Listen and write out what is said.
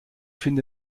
finde